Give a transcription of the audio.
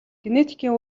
генетикийн